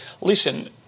listen